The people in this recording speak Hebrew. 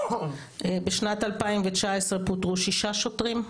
בשנת 2019 פוטרו שישה שוטרים,